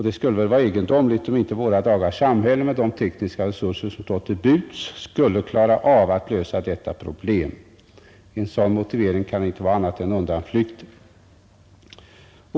Det skulle väl vara egendomligt om inte våra dagars samhälle med de tekniska resurser som nu står till buds skulle klara av detta problem. En sådan motivering kan inte vara annat än undanflykt.